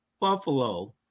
Buffalo